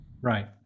Right